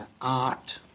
art